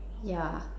yeah